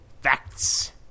facts